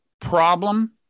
problem